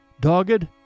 dogged